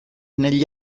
negli